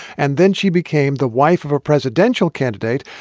and then she became the wife of a presidential candidate.